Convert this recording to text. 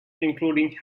including